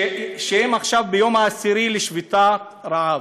שהם עכשיו ביום העשירי לשביתת רעב,